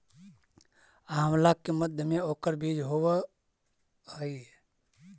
आंवला के मध्य में ओकर बीज होवअ हई